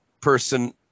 person